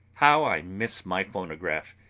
how i miss my phonograph!